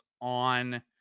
on